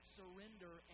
surrender